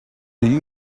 you